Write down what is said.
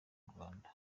rwanda